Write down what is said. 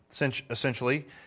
essentially